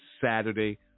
Saturday